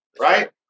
Right